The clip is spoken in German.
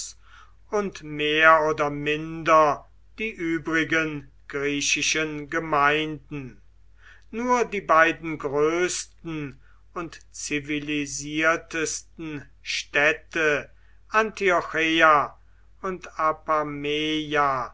und mehr oder minder die übrigen griechischen gemeinden nur die beiden größten und zivilisiertesten städte antiocheia und